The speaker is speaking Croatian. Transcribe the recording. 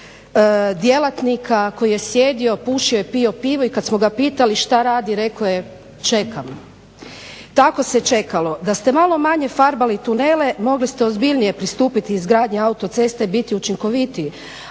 djelatnika koji je sjedio, pušio i pio pivo i kad smo ga pitali što radi rekao je čekam. Tako se čekalo. Da ste malo manje farbali tunele mogli ste ozbiljnije pristupiti izgradnji autoceste i biti učinkovitiji,